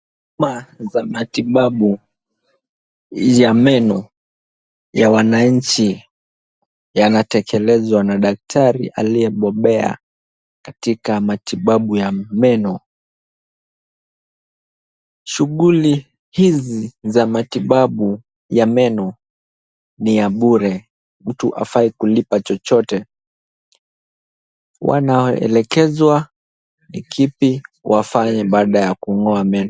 Huduma za matibabu ya meno ya wananchi yanatekelezwa na daktari aliyebobea katika matibabu ya meno. Shughuli hizi za matibabu ya meno ni ya bure. Mtu hafai kulipa chochote. Wanaelekezwa ni kipi wafanye baada ya kung'oa meno.